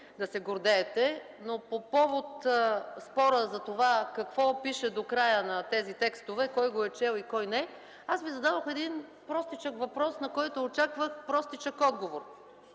да се гордеете, но по повод спора какво пише до края на тези текстове, кой го е чел и кой не, аз Ви зададох един простичък въпрос, на който очаквах простичък отговор.